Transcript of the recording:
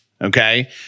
Okay